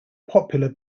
popular